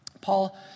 Paul